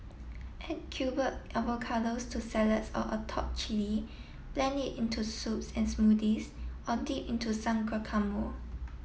add avocados to salads or atop chilli blend it into soups and smoothies or dip into some guacamole